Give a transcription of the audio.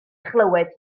chlywed